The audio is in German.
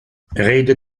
rede